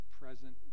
present